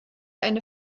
eine